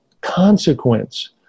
consequence